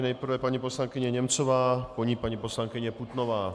Nejprve paní poslankyně Němcová, po ní paní poslankyně Putnová.